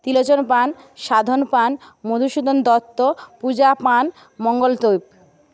Trilochan Pan Sadhan Pan Madhusudan Dutta Puja Pan Mangal